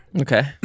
Okay